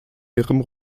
ihrem